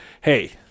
Hey